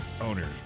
Owners